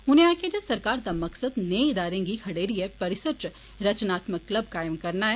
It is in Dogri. उनें आक्खेआ जे सरकार दा मकसद नेह् इदारे गी खडेरिए परिसर च रचनात्मक क्लब कायम करना ऐ